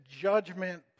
judgment